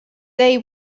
they